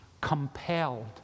compelled